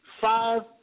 five